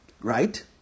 Right